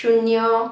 शून्य